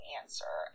answer